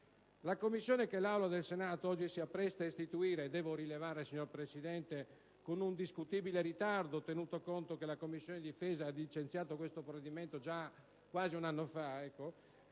di inchiesta che l'Assemblea del Senato oggi si appresta ad istituire (devo rilevare, signor Presidente, con un discutibile ritardo, tenuto conto che la Commissione difesa ha licenziato questo provvedimento già quasi un anno fa),